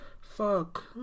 Fuck